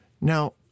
Now